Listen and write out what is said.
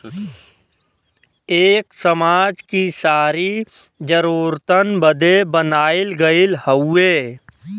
एक समाज कि सारी जरूरतन बदे बनाइल गइल हउवे